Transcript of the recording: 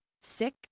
Sick